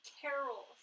Carol